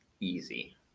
easy